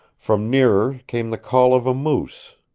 from nearer came the call of a moose,